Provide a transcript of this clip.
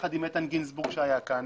יחד עם איתן גינזבורג שהיה כאן,